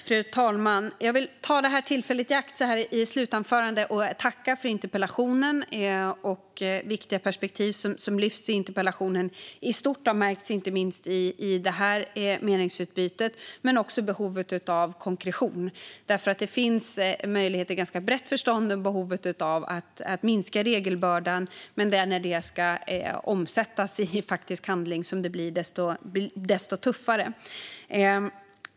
Fru talman! Jag vill ta tillfället i akt så här i slutanförandet att tacka för interpellationsdebatten och för de viktiga perspektiv som lyfts i interpellationen. Det som i stort har märkts inte minst i detta meningsutbyte är behovet av konkretion. Det finns möjlighet till ett ganska brett samförstånd gällande behovet av att minska regelbördan, men när det ska omsättas i faktisk handling blir det desto tuffare.